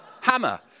hammer